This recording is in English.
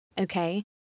Okay